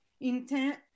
Intent